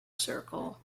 circle